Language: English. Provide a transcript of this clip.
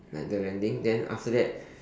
like the landing then after that